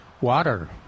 water